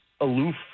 aloof